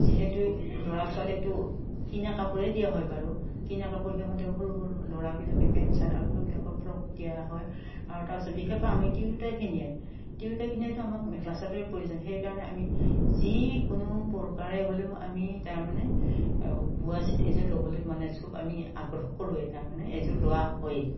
যিহেতু ল'ৰা ছোৱালীকটো কিনা কাপোৰেই দিয়া হয় বাৰু কিনা কাপোৰ সিহঁতে সৰু সৰু ল'ৰাবিলাকে পেণ্ট চাৰ্ট আৰু সৰুবিলাকৰ ফ্ৰক দিয়া হয় আৰু তাৰপিছত বিশেষকৈ আমি তিৰোতাখিনিয়ে তিৰোতাখিনিয়েতো আমাক মেখেলা চাদৰৰে প্ৰয়োজন সেইকাৰণে আমি যিকোনো প্ৰৰকাৰে হ'লেও আমি তাৰমানে বোৱা চীট এযোৰ ল'বলৈ মানে চব আমি আগ্ৰহ কৰোৱেই তাৰমানে এযোৰ লোৱা হয়েই